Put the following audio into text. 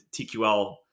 TQL